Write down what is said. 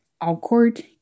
awkward